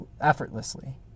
effortlessly